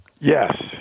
Yes